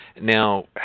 Now